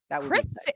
Chris